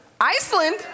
Iceland